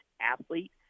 athlete